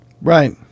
Right